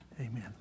Amen